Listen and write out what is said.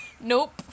Nope